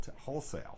wholesale